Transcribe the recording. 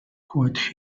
quite